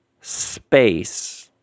space